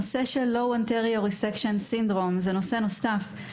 נושא של Low Anterior Resection Syndrome זה נושא נוסף.